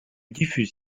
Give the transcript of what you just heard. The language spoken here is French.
diffuse